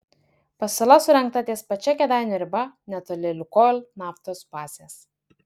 pasala surengta ties pačia kėdainių riba netoli lukoil naftos bazės